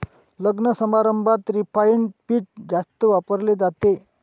लग्नसमारंभात रिफाइंड पीठ जास्त वापरले जाते